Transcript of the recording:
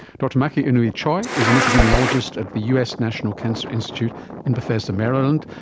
dr maki inoue-choi is an epidemiologist at the us national cancer institute in bethesda maryland,